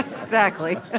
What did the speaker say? exactly. ah